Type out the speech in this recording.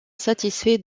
satisfait